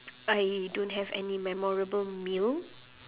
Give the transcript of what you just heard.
I don't have any memorable meal